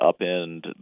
upend